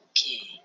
Okay